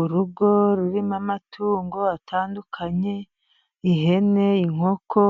Urugo rurimo amatungo atandukanye, ihene, inkoko,